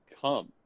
come